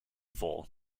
vole